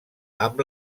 amb